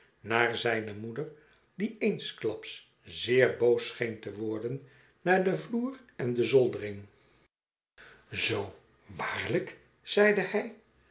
naar zijne moeder die eensklaps zeer boos scheen te worden naar den vloer en de zoldering zoo waarlijk zeide hij